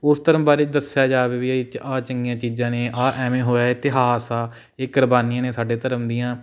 ਉਸ ਧਰਮ ਬਾਰੇ ਦੱਸਿਆ ਜਾਵੇ ਵੀ ਇਹ 'ਚ ਆਹ ਚੰਗੀਆਂ ਚੀਜ਼ਾਂ ਨੇ ਆਹ ਐਵੇਂ ਹੋਇਆ ਇਤਿਹਾਸ ਆ ਇਹ ਕੁਰਬਾਨੀਆਂ ਨੇ ਸਾਡੇ ਧਰਮ ਦੀਆਂ